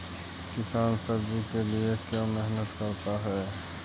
किसान सब्जी के लिए क्यों मेहनत करता है?